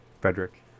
Frederick